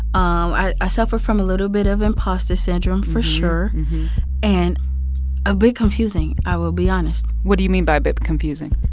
um i ah suffered from a little bit of imposter syndrome, for sure and a bit confusing, i will be honest what do you mean by a bit confusing?